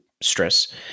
stress